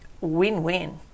Win-win